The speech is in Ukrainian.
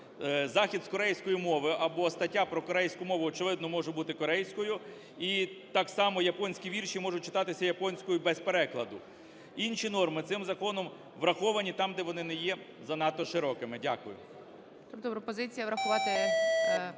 Захід з корейської мови або стаття про корейську мову, очевидно, може бути корейською. І так само японські вірші можуть читатися японською без перекладу. Інші норми цим законом враховані там, де вони не є занадто широкими. Дякую.